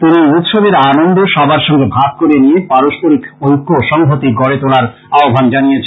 তিনি এই উৎসবের আনন্দ সবার সঙ্গে ভাগ করে নিয়ে পাস্পরিক ঐক্য ও সংহতি গড়ে তোলার আহ্বান জানিয়েছেন